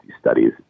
studies